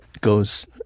goes